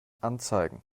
anzeigen